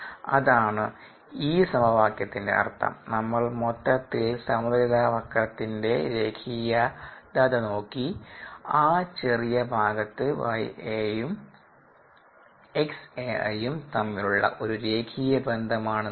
അതാണു ഈ സമവാക്യത്തിന്റെ അർത്ഥം നമ്മൾ മൊത്തത്തിൽ സമതുലിത വക്രത്തിന്റെ രേഖീയത നോക്കി ആ ചെറിയ ഭാഗത്ത് yAi യും xAi യും തമ്മിലുള്ള ഒരു രേഖീയ ബന്ധം ആണ് നോക്കുന്നത്